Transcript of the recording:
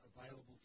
available